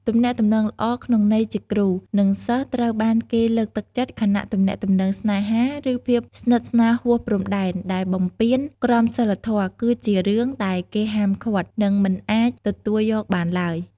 ទំនាក់ទំនងល្អក្នុងន័យជាគ្រូ និងសិស្សត្រូវបានគេលើកទឹកចិត្ត ខណៈទំនាក់ទំនងស្នេហា ឬភាពស្និទ្ធស្នាលហួសព្រំដែនដែលបំពានក្រមសីលធម៌ គឺជារឿងដែលគេហាមឃាត់ និងមិនអាចទទួលយកបានទ្បើយ។